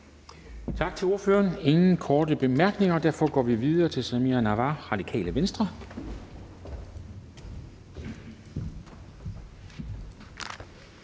Tak til ordføreren. Der er ingen korte bemærkninger. Derfor går vi videre til Samira Nawa, Radikale Venstre.